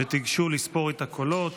וגשו לספור את הקולות